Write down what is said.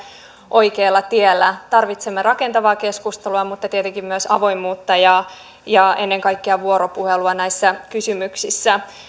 oikealla tiellä tarvitsemme rakentavaa keskustelua mutta tietenkin myös avoimuutta ja ja ennen kaikkea vuoropuhelua näissä kysymyksissä